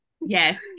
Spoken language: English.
Yes